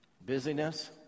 Busyness